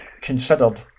considered